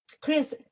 Chris